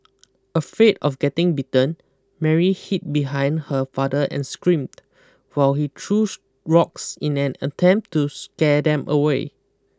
afraid of getting bitten Mary hid behind her father and screamed while he threw rocks in an attempt to scare them away